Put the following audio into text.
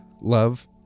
Love